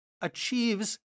achieves